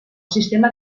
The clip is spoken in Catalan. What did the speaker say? sistema